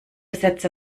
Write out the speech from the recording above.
sätze